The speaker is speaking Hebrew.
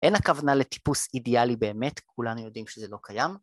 אין הכוונה לטיפוס אידיאלי באמת, כולנו יודעים שזה לא קיים